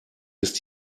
ist